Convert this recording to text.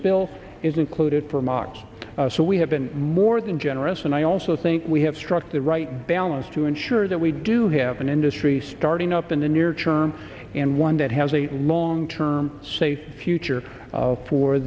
bill is included for mox so we have been more than generous and i also think we have struck the right balance to ensure that we do have an industry starting up in the near term and one that has a long term safe future